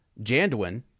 janduin